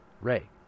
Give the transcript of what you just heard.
Ray